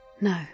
No